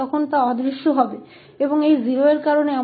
और हमारे पास यह −𝑢𝑥 0 इस 0 के कारण है